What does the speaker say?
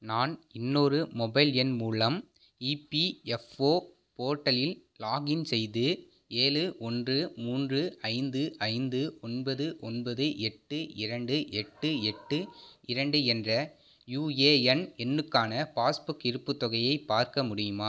நான் இன்னொரு மொபைல் எண் மூலம் இபிஎஃப்ஓ போர்ட்டலில் லாகின் செய்து ஏழு ஓன்று மூன்று ஐந்து ஐந்து ஒன்பது ஒன்பது எட்டு இரண்டு எட்டு எட்டு இரண்டு என்ற யுஏஎன் எண்ணுக்கான பாஸ்புக் இருப்புத் தொகையை பார்க்க முடியுமா